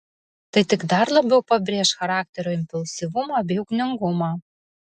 tai tik dar labiau pabrėš charakterio impulsyvumą bei ugningumą